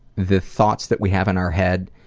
the thoughts that we have in our head,